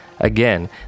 Again